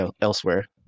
elsewhere